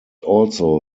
also